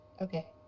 Okay